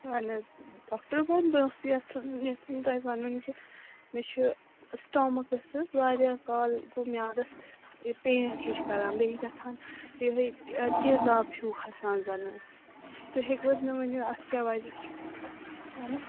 اَہن حظ ڈاکٹَر عبید بہٕ اوس یژھان تۄہہِ وَنُن کہِ مےٚ چھُ سٕٹامَکَس حظ واریاہ کال گوٚو میٛادَس یہِ پین ہِش کران بیٚیہِ گژھان تیزٕ آب ہیوٗ کھَسان زَنہٕ تُہۍ ہیٚکِوٕ حظ مےٚ ؤنِتھ اَتھ کیٛاہ وَجہ چھُ